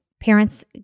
parents